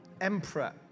Emperor